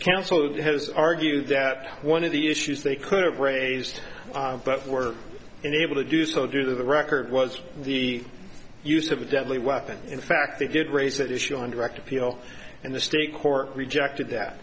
who has argued that one of the issues they could have raised but were unable to do so do the record was the use of a deadly weapon in fact they did raise that issue on direct appeal and the state court rejected that